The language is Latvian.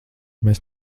mēs